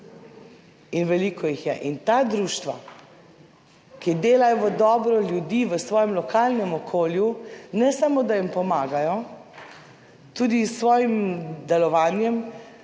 in veliko jih je, in ta društva, ki delajo v dobro ljudi v svojem lokalnem okolju, ne samo, da jim pomagajo, tudi s svojim delovanjem